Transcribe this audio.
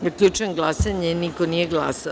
Zaključujem glasanje – niko nije glasao.